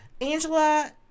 Angela